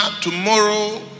tomorrow